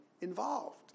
involved